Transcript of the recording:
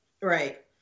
right